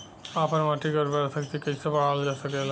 आपन माटी क उर्वरा शक्ति कइसे बढ़ावल जा सकेला?